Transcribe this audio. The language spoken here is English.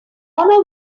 our